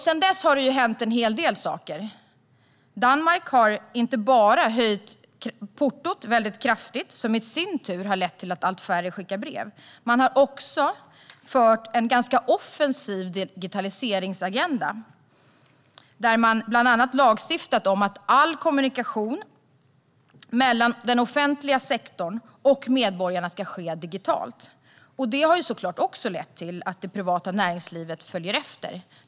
Sedan dess har det hänt en hel del. Danmark har inte bara höjt portot kraftigt, vilket har lett till att allt färre skickar brev. Man har också haft en ganska offensiv digitaliseringsagenda och har bland annat lagstiftat om att all kommunikation mellan den offentliga sektorn och medborgarna ska ske digitalt. Det har såklart lett till att det privata näringslivet följt efter.